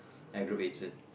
aggravates it